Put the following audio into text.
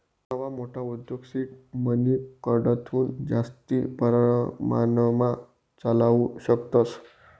नवा मोठा उद्योग सीड मनीकडथून जास्ती परमाणमा चालावू शकतस